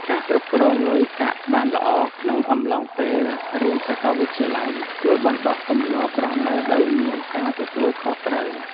ការគ្រប់គ្រងលុយកាក់បានល្អក្នុងអំឡុងពេលរៀនសាកលវិទ្យាល័យជួយបណ្តុះទម្លាប់រស់នៅដោយមានការទទួលខុសត្រូវ។